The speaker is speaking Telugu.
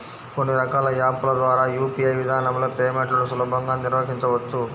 కొన్ని రకాల యాప్ ల ద్వారా యూ.పీ.ఐ విధానంలో పేమెంట్లను సులభంగా నిర్వహించవచ్చు